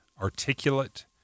articulate